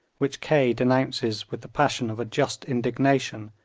which kaye denounces with the passion of a just indignation,